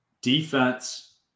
Defense